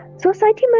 society